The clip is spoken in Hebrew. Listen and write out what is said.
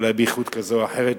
אולי באיכות כזו או אחרת,